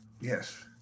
Yes